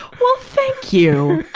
well, thank you!